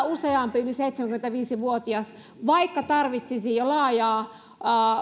useampi yli seitsemänkymmentäviisi vuotias vaikka tarvitsisi jo laajaa